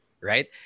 right